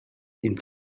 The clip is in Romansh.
ins